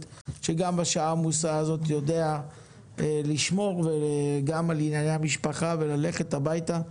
שגם בשעה העמוסה הזאת יודע לשמור גם על ענייני המשפחה וללכת הביתה.